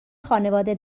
خانواده